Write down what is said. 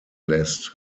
lässt